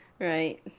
Right